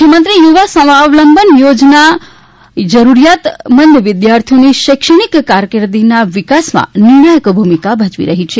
મુખ્યમંત્રી યુવા સ્વાવલંબન યોજના જરૂરિયાતમંદ વિદ્યાર્થીઓની શૈક્ષણિક કારકિર્દીના વિકાસમાં નિર્ણાયક ભૂમિકા ભજવી રહી છે